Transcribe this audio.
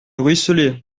ruisselait